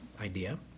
idea